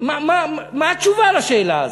מה התשובה על השאלה הזאת?